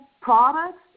products